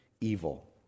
evil